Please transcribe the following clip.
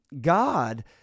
god